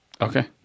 okay